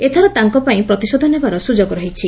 ଏଥର ତାଙ୍କ ପାଇଁ ପ୍ରତିଶୋଧ ନେବାର ସ୍ୱଯୋଗ ରହିଛି